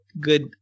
good